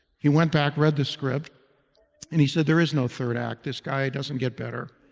he went back, read the script and he said, there is no third act, this guy doesn't get better.